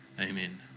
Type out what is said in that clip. Amen